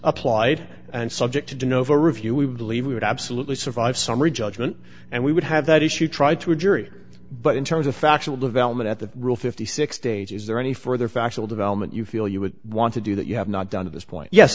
applied and subject to do novo review we believe we would absolutely survive summary judgment and we would have that issue tried to a jury but in terms of factual development at the rule fifty six dollars stage is there any further factual development you feel you would want to do that you have not done at this point yes